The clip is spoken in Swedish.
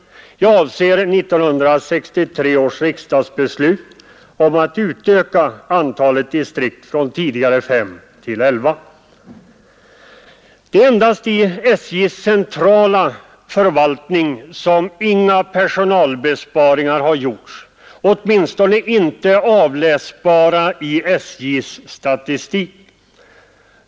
Jag avser 1963 års riksdagsbeslut om att utöka antalet distrikt från tidigare fem till elva. Det är endast i SJ:s centrala förvaltning som inga personalbesparingar har gjorts — åtminstone inte avläsbara i SJ-statistiken.